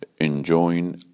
enjoin